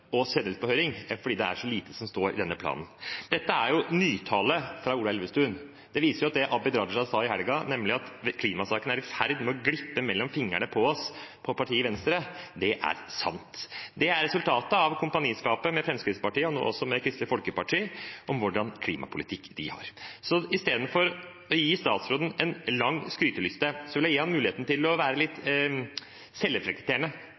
på høring fordi det er så lite som står i denne planen. Dette er jo nytale fra Ola Elvestuen. Det viser at det Abid Raja sa i helgen, nemlig at klimasaken er i ferd med å glippe mellom fingrene på oss, på partiet Venstre, er sant. Det er resultatet av kompaniskapet med Fremskrittspartiet, og nå også med Kristelig Folkeparti, hva slags klimapolitikk de har. Istedenfor å gi statsråden en lang skryteliste vil jeg gi ham muligheten til å være litt